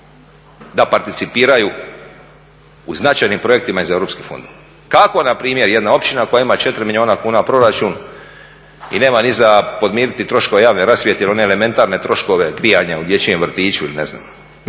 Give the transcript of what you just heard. da participiraju u značajnim projektima iz europskih fondova. Kako npr. jedna općina koja ima 4 milijuna kuna proračun i nema ni za podmiriti troškove javne rasvjete ili one elementarne troškove grijanja u dječjem vrtiću ili ne znam.